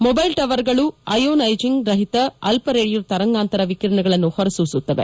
mobile ಟವರ್ಗಳು ionizing ರಹಿತ ಅಲ್ಲ ರೇಡಿಯೊ ತರಂಗಾಂತರ ವಿಕಿರಣಗಳನ್ನು ಹೊರಸೂಸುತ್ತವೆ